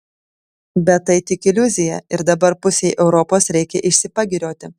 bet tai tik iliuzija ir dabar pusei europos reikia išsipagirioti